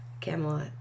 Camelot